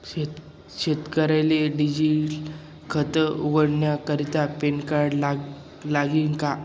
शेतकरीले डिजीटल खातं उघाडानी करता पॅनकार्ड लागी का?